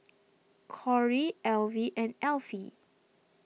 Corrie Alvie and Alfie